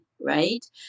right